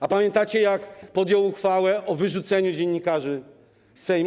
A pamiętacie, jak podjął uchwałę o wyrzuceniu dziennikarzy z Sejmu?